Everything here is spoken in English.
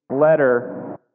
letter